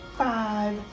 five